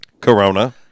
Corona